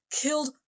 killed